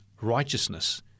Righteousness